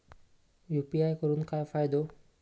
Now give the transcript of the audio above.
UPI करून काय फायदो?